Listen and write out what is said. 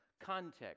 context